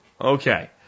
Okay